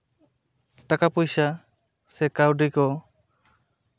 ᱴᱟᱞᱟ ᱯᱚᱭᱥᱟ ᱥᱮ ᱠᱟᱹᱣᱰᱤ ᱠᱚ